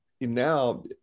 now